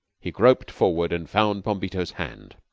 he groped forward and found bombito's hand.